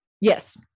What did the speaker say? Yes